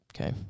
Okay